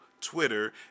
Twitter